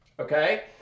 okay